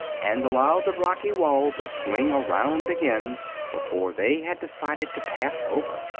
and allowed the rocky wall to swing around again before they had decided to pass over.